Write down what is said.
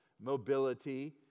mobility